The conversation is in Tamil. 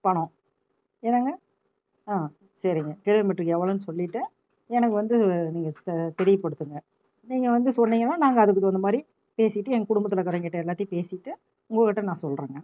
பணம் என்னங்க சரிங்க கிலோமீட்டருக்கு எவ்வளோன்னு சொல்லிவிட்டு எனக்கு வந்து நீங்கள் தெரியப்படுத்துங்க நீங்கள் வந்து சொன்னீங்கன்னா நாங்கள் அதுக்குத் தகுந்தமாதிரி பேசிவிட்டு எங்கள் குடும்பத்தில் இருக்கிறவங்கக்கிட்ட எல்லாத்தையும் பேசிவிட்டு உங்கள்கிட்ட நான் சொல்றேங்க